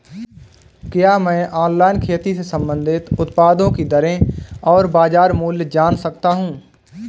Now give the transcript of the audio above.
क्या मैं ऑनलाइन खेती से संबंधित उत्पादों की दरें और बाज़ार मूल्य जान सकता हूँ?